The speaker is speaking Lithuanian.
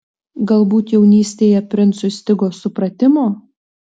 galbūt jaunystėje princui stigo supratimo